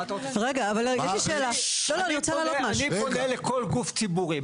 אני פונה לכל גוף ציבורי,